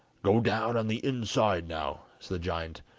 go down on the inside now said the giant,